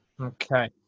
Okay